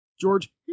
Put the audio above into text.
George